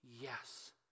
yes